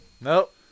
Nope